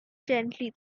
gently